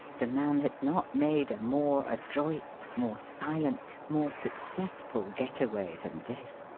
the man had not made a more adroit, more silent, more successful getaway than this.